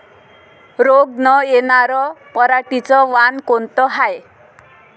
रोग न येनार पराटीचं वान कोनतं हाये?